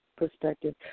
Perspective